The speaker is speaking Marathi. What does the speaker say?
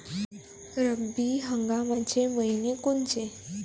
रब्बी हंगामाचे मइने कोनचे?